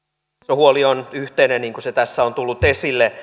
huoli on yhteinen niin kuin tässä on tullut esille